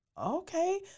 Okay